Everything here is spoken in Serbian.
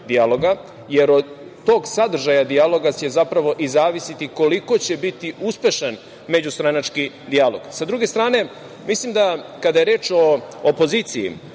jer od tog sadržaja dijaloga će zapravo i zavisiti koliko će biti uspešan međustranački dijalog?S druge strane, kada je reč o opoziciji,